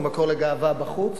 היא מקור לגאווה בחוץ,